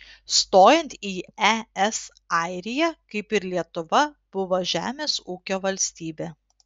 stojant į es airija kaip ir lietuva buvo žemės ūkio valstybė